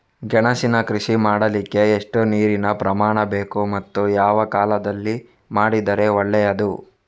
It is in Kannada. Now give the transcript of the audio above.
ಗೆಣಸಿನ ಕೃಷಿ ಮಾಡಲಿಕ್ಕೆ ಎಷ್ಟು ನೀರಿನ ಪ್ರಮಾಣ ಬೇಕು ಮತ್ತು ಯಾವ ಕಾಲದಲ್ಲಿ ಮಾಡಿದರೆ ಒಳ್ಳೆಯದು?